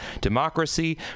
democracy